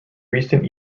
recent